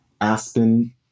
Aspen